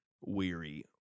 weary